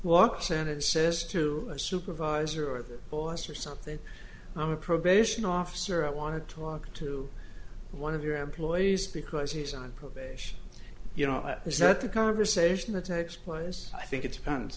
senate says to a supervisor at the boss or something i'm a probation officer i want to talk to one of your employees because he's on probation you know is that a conversation that takes place i think it depends